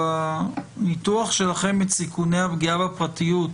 בניתוח שלכם את סיכוני הפגיעה בפרטיות,